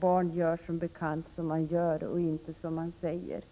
Barn gör som bekant som man gör och inte som man säger.